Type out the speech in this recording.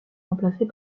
remplacée